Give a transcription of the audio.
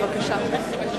בבקשה.